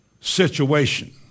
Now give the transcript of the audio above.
situation